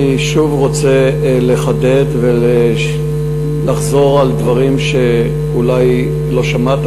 אני שוב רוצה לחדד ולחזור על דברים שאולי לא שמעת,